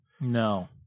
No